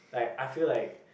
like I feel like